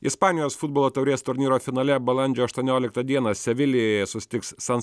ispanijos futbolo taurės turnyro finale balandžio aštuonioliktą dieną sevilijoje susitiks san